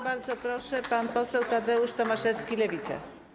Bardzo proszę, pan poseł Tadeusz Tomaszewski, Lewica.